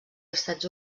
estats